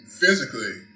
physically